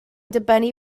dibynnu